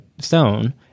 stone